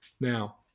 Now